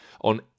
on